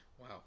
wow